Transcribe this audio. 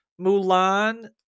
Mulan